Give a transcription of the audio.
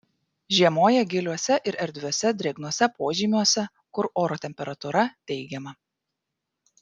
žiemoja giliuose ir erdviuose drėgnuose požymiuose kur oro temperatūra teigiama